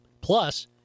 plus